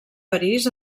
parís